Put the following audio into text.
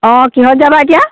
অ' কিহত যাবা এতিয়া